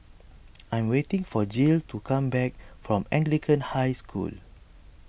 I am waiting for Jill to come back from Anglican High School